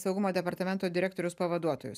saugumo departamento direktoriaus pavaduotojus